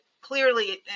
clearly